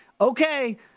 okay